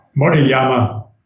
Moriyama